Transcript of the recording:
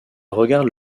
regarde